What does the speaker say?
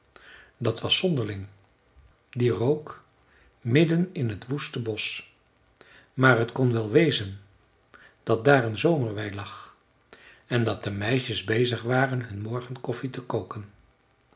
dat was zonderling die rook midden in het woeste bosch maar t kon wel wezen dat daar een zomerwei lag en dat de meisjes bezig waren hun morgenkoffie te koken